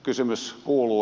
kysymys kuuluu